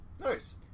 nice